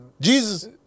Jesus